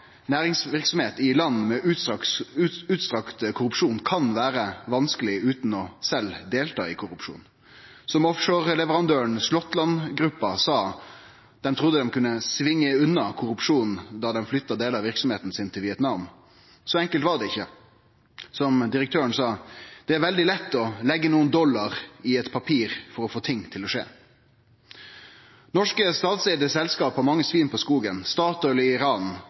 i land med utstrakt korrupsjon vere vanskeleg utan sjølv å delta i korrupsjon. Som offshoreleverandøren Slåttland Gruppen sa, dei trudde dei kunne «svinge unna» korrupsjonen da dei flytta delar av verksemda si til Vietnam. Så enkelt var det ikkje. Som direktøren sa, så er det veldig lett å leggje nokre dollar i eit papir for å få ting til å skje. Norske statseigde selskap har mange svin på skogen. Statoil i Iran,